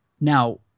Now